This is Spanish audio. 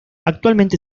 actualmente